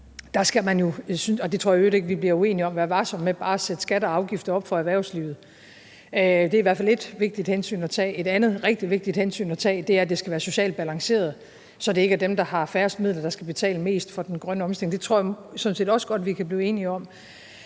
efter corona – og det tror jeg i øvrigt ikke vi bliver uenige om – skal vi være varsomme med bare at sætte skatter og afgifter op for erhvervslivet. Det er i hvert fald et vigtigt hensyn at tage. Et andet rigtig vigtigt hensyn at tage er, at det skal være socialt balanceret, så det ikke er dem, der har færrest midler, der skal betale mest for den grønne omstilling. Det tror jeg sådan set også godt vi kan blive enige om.